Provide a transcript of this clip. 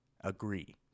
Agree